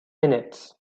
minutes